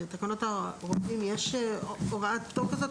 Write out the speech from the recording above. בתקנות הרופאים יש הוראת פטור כזאת?